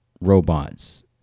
robots